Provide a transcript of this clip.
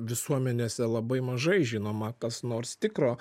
visuomenėse labai mažai žinoma kas nors tikro